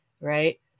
right